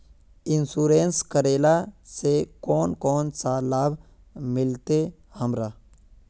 Insurance करेला से कोन कोन सा लाभ मिलते हमरा?